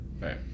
Right